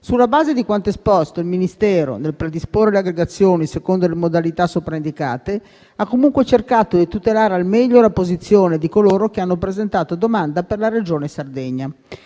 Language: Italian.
Sulla base di quanto esposto, il Ministero, nel predisporre le aggregazioni secondo le modalità sopraindicate, ha comunque cercato di tutelare al meglio la posizione di coloro che hanno presentato domanda per la Regione Sardegna.